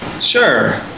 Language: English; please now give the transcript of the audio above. Sure